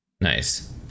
Nice